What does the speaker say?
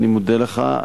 אני מודה לך.